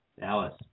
Dallas